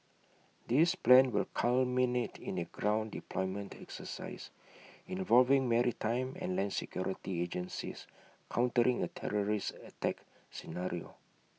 this plan will culminate in A ground deployment exercise involving maritime and land security agencies countering A terrorist attack scenario